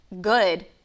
good